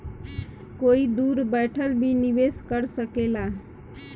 कोई दूर बैठल भी निवेश कर सकेला